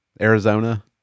Arizona